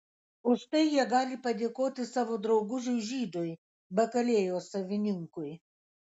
už tai jie gali padėkoti savo draugužiui žydui bakalėjos savininkui